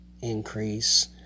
increase